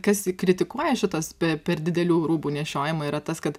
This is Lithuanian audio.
kas kritikuoja šitas per didelių rūbų nešiojimą yra tas kad